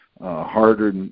harder